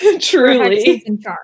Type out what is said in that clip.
Truly